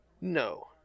No